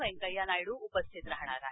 वैंक्कय्या नायडू उपस्थित राहणार आहेत